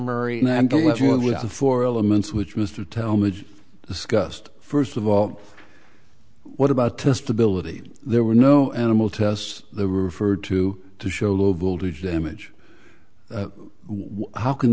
elements which was to tell me discussed first of all what about testability there were no animal tests the referred to to show low voltage damage how can